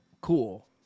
cool